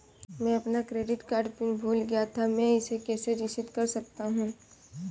मैं अपना credit card pin भूल गया था मैं इसे कैसे रीसेट कर सकता हूँ?